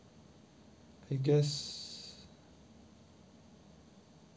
I guess